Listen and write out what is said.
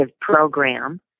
program